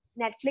Netflix